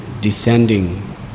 descending